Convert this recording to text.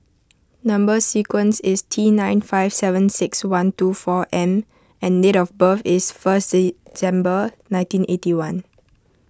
Number Sequence is T nine five seven six one two four M and date of birth is first December nineteen eighty one